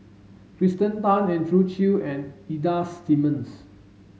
Kirsten Tan Andrew Chew and Ida Simmons